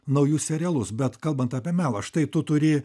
naujus serialus bet kalbant apie melą štai tu turi